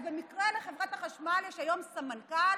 אז במקרה לחברת החשמל יש היום סמנכ"ל